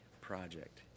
project